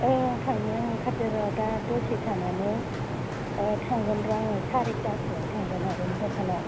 ओं थांनो ओंखारदों र' दा दसे थानानै औ थांगोन र' आङो सारिथासोआव थांगोन आब'नि दखानाव